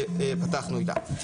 שאיתה פתחנו.